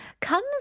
comes